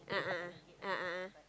a'ah a'ah a'ah a'ah